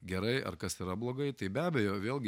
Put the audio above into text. gerai ar kas yra blogai tai be abejo vėlgi